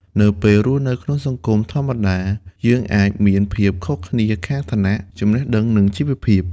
នៅពេលរស់នៅក្នុងសហគមន៍ធម្មតា យើងអាចមានភាពខុសគ្នាខាងឋានៈ ចំណេះដឹង និងជីវភាព។